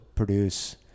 Produce